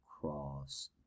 cross